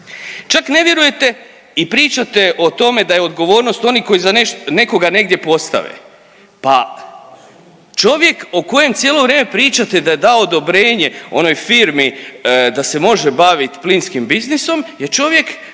čak ne vjerujete i pričate o tome da je odgovornost onih koji nekoga negdje postave, pa čovjek o kojem cijelo vrijeme pričate da je dao odobrenje onoj firmi da se može bavit plinskim biznisom je čovjek